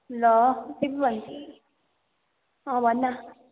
ल अँ भन् न